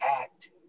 act